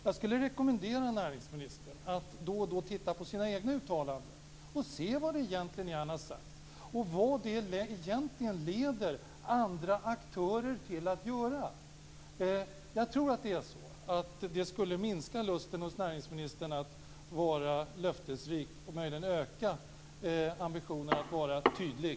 Jag skulle vilja rekommendera näringsministern att då och då studera sina uttalanden för att se vad han egentligen har sagt och vad det egentligen leder andra aktörer till att göra. Jag tror att det skulle minska näringsministerns lust att vara löftesrik och möjligen öka ambitionen att vara tydlig.